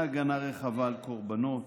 להגנה רחבה על קורבנות,